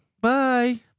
Bye